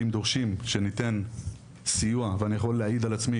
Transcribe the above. אם דורשים שניתן סיוע ואני יכול להעיד על עצמי